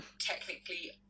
technically